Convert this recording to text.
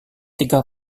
tiga